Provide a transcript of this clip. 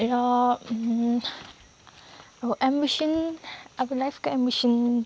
अब एम्बिसन अब लाइफको एम्बिसन